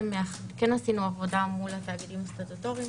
עשינו עבודה מול התאגידים הסטטוטוריים